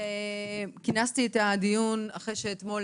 כינסתי את הדיון אחרי שאתמול